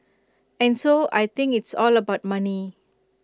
and so I think it's all about money